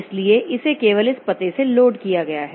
इसलिए इसे केवल इस पते से लोड किया गया है